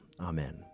Amen